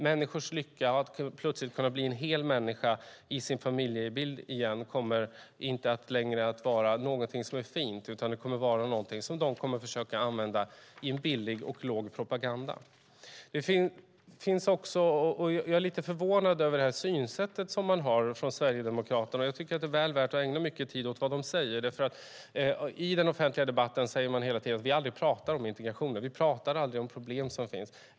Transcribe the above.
Människors lycka och detta att plötsligt kunna bli en hel människa i sin familjebild igen kommer inte längre att vara någonting som är fint. Det kommer att vara någonting som detta parti kommer att försöka använda i en billig och låg propaganda. Jag är lite förvånad över det synsätt som man har från Sverigedemokraterna. Jag tycker att det är väl värt att ägna mycket tid åt vad de säger. I den offentliga debatten säger man hela tiden att vi aldrig talar om integrationen och att vi aldrig talar om de problem som finns.